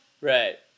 Right